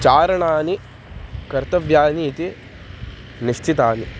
चारणानि कर्तव्यानि इति निश्चितानि